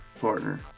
partner